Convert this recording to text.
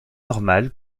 normale